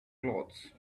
clothes